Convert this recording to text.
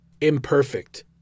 Imperfect